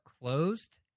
closed